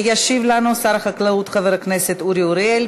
ישיב לנו שר החקלאות חבר הכנסת אורי אריאל.